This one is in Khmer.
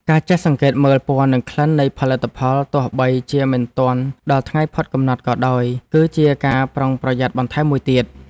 ការចេះសង្កេតមើលពណ៌និងក្លិននៃផលិតផលទោះបីជាមិនទាន់ដល់ថ្ងៃផុតកំណត់ក៏ដោយ គឺជាការប្រុងប្រយ័ត្នបន្ថែមមួយទៀត។